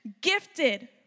gifted